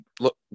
look